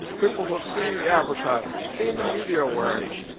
people who have seen the advertising, seen the media awareness,